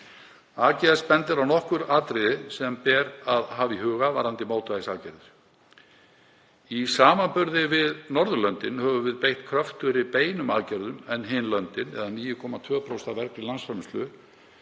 AGS bendir á nokkur atriði sem ber að hafa í huga varðandi mótvægisaðgerðir. Í samanburði við Norðurlöndin höfum við beitt kröftugri beinum aðgerðum en hin löndin, eða 9,2% af vergri landsframleiðslu.